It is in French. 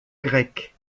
grec